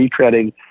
retreading